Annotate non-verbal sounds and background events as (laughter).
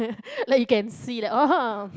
(laughs) like you can see like orh (laughs)